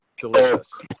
delicious